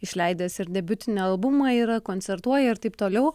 išleidęs ir debiutinį albumą yra koncertuoja ir taip toliau